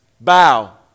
Bow